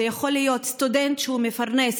זה יכול להיות סטודנט שהוא מפרנס,